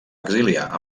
exiliar